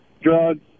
drugs